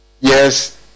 yes